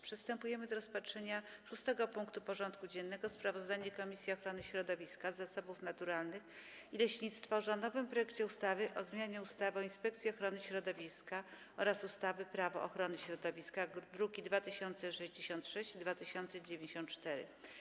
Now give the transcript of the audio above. Przystępujemy do rozpatrzenia punktu 6. porządku dziennego: Sprawozdanie Komisji Ochrony Środowiska, Zasobów Naturalnych i Leśnictwa o rządowym projekcie ustawy o zmianie ustawy o Inspekcji Ochrony Środowiska oraz ustawy Prawo ochrony środowiska (druki nr 2066 i 2094)